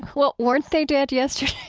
well, weren't they dead yesterday? yeah?